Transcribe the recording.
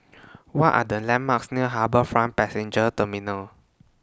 What Are The landmarks near HarbourFront Passenger Terminal